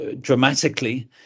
dramatically